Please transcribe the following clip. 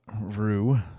Rue